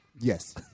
Yes